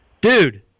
dude